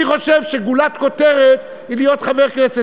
אני חושב שגולת כותרת היא להיות חבר כנסת.